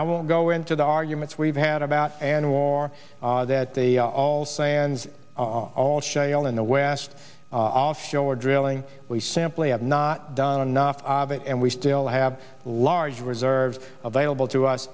i won't go into the arguments we've had about an war that the all sans all all shy all in the west offshore drilling we simply have not done enough of it and we still have large reserves available to us